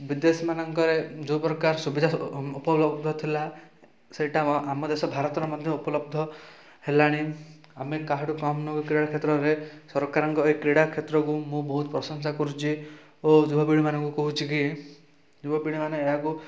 ବିଦେଶମାନଙ୍କରେ ଯେଉଁପ୍ରକାର ସୁବିଧା ଉପଲବ୍ଧ ଥିଲା ସେଇଟା ଆ ଆମ ଦେଶ ଭାରତରେ ମଧ୍ୟ ଉପଲବ୍ଧ ହେଲାଣି ଆମେ କାହାଠୁ କମ୍ ନୁହଁ କ୍ରୀଡ଼ା କ୍ଷେତ୍ରରେ ସରକାରଙ୍କ ଏଇ କ୍ରୀଡ଼ା କ୍ଷେତ୍ରକୁ ମୁଁ ବହୁତ ପ୍ରଶଂସା କରୁଛି ଓ ଯୁବପିଢ଼ିମାନଙ୍କୁ କହୁଛି କି ଯୁବପିଢ଼ିମାନେ ଏହାକୁ